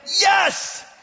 yes